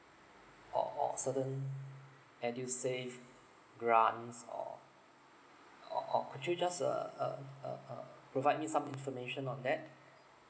or or certain edusave grants or or or could you just uh uh uh uh provide me some information on that